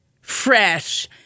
fresh